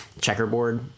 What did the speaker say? checkerboard